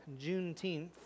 Juneteenth